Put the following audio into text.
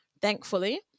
thankfully